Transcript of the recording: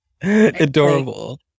Adorable